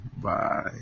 Bye